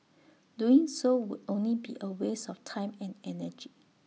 doing so would only be A waste of time and energy